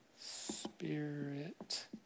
Spirit